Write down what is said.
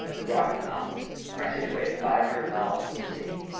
the rocky mountains are situated five hundred miles from the sea.